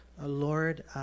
Lord